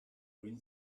green